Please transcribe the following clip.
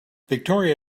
victoria